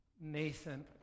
Nathan